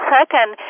second